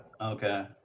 Okay